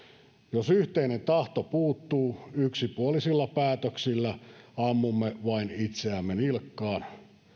jos yhteinen tahto puuttuu yksipuolisilla päätöksillä ammumme vain itseämme nilkkaan